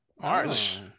March